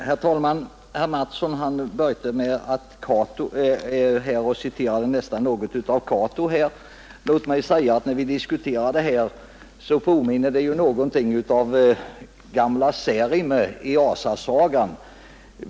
Herr talman! Herr Mattsson i Skee anspelade i sitt anförande på ett känt ord av Cato. Låt mig säga att den diskussion vi nu för påminner något om Särimner i den gamla asasagan.